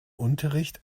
unterricht